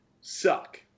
suck